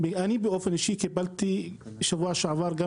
אני באופן אישי קיבלתי בשבוע שעבר גם